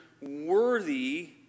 worthy